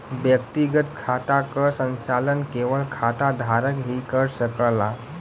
व्यक्तिगत खाता क संचालन केवल खाता धारक ही कर सकला